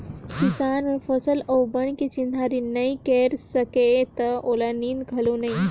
किसान मन फसल अउ बन के चिन्हारी नई कयर सकय त ओला नींदे घलो नई